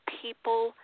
people